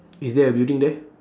is there a building there